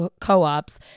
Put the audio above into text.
co-ops